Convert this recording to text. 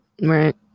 Right